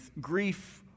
Grief